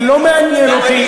זה לא מעניין אותי.